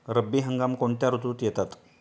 रब्बी हंगाम कोणत्या ऋतूत येतात?